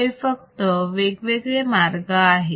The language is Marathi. हे फक्त वेगवेगळे मार्ग आहेत